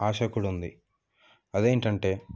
ఆశ కూడా ఉంది అదేంటంటే